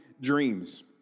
Dreams